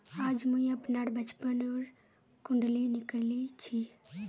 आज मुई अपनार बचपनोर कुण्डली निकली छी